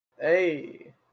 Hey